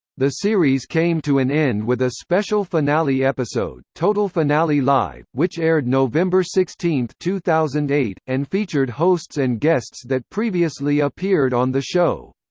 the series came to an end with a special finale episode, total finale live, which aired november sixteen, two thousand and eight, and featured hosts and guests that previously appeared on the show.